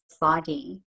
body